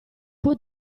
può